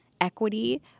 Equity